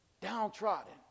downtrodden